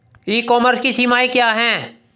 ई commerce की सीमाएं क्या हैं?